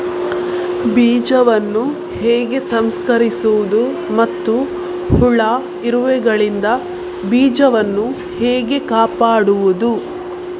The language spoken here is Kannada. ಬೀಜವನ್ನು ಹೇಗೆ ಸಂಸ್ಕರಿಸುವುದು ಮತ್ತು ಹುಳ, ಇರುವೆಗಳಿಂದ ಬೀಜವನ್ನು ಹೇಗೆ ಕಾಪಾಡುವುದು?